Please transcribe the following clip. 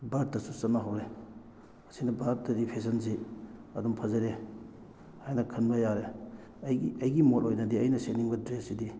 ꯚꯥꯔꯠꯇꯁꯨ ꯆꯠꯅꯍꯧꯔꯦ ꯑꯁꯤꯅ ꯚꯥꯔꯠꯇꯗꯤ ꯐꯦꯁꯟꯁꯤ ꯑꯗꯨꯝ ꯐꯖꯔꯦ ꯍꯥꯏꯅ ꯈꯟꯕ ꯌꯥꯔꯦ ꯑꯩꯒꯤ ꯑꯩꯒꯤ ꯃꯣꯠ ꯑꯣꯏꯅꯗꯤ ꯑꯩꯅ ꯁꯦꯠꯅꯤꯡꯕ ꯗ꯭ꯔꯦꯁꯁꯤꯗꯤ